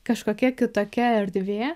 kažkokia kitokia erdvė